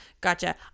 Gotcha